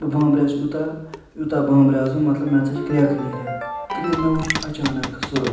بہِ بانٛمبریوس یوٗتاہ یوٗتاہ بانٛمبریوس بہٕ مطلب مےٚ ژٔج کرٛٮ۪کھ نیرِتھ تِکیٛازِ مےٚ وٕچھ اَچانک سۄرُف